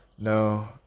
No